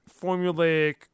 Formulaic